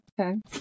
okay